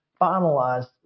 finalized